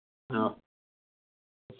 हां